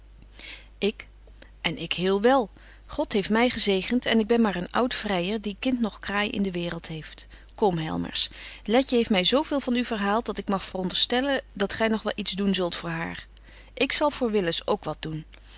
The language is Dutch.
ik en ik heel wel god heeft my gezegent en ik ben maar een oud vryer die kind noch kraai in de waereld heeft kom helmers letje heeft my zo veel van u verhaalt dat ik mag veronderstellen dat gy nog wel iets doen zult voor haar ik zal voor willis ook wat doen